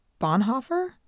Bonhoeffer